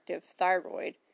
thyroid